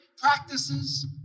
practices